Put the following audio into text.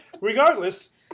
Regardless